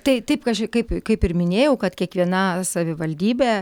tai taip aš kaip kaip ir minėjau kad kiekviena savivaldybė